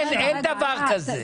אין דבר כזה.